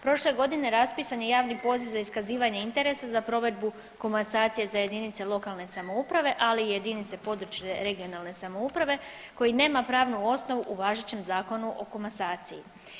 Prošle godine raspisan je javni poziv za iskazivanje interesa za provedbu komasacije za jedinice lokalne samouprave, ali i jedinice područne i regionalne samouprave koji nemaju pravnu osnovu u važećem Zakonu o komasaciji.